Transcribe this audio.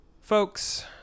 Folks